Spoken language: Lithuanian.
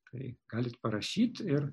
kai galit parašyt ir